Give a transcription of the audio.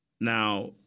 Now